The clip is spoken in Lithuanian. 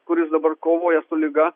kuris dabar kovoja su liga